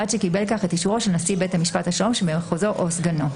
ובלבד שקיבל לכך את אישורו של נשיא בתי משפט השלום שבמחוז או של סגנו.